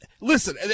listen